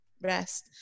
rest